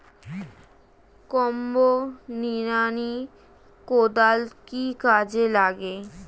Combo নিড়ানি কোদাল কি কাজে লাগে?